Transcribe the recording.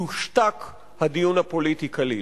יושתק הדיון הפוליטי כליל.